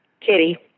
Kitty